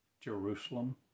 Jerusalem